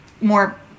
more